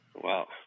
Wow